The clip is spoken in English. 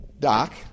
Doc